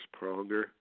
Pronger